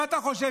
מה אתה חושב,